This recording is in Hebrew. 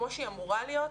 כמו שהיא אמורה להיות,